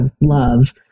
love